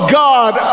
god